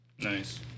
Nice